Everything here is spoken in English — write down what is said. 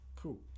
Cool